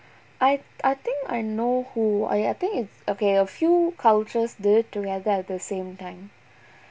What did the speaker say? I I think I know who I I think it's okay a few cultures do it together at the same time